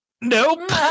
Nope